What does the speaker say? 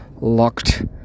locked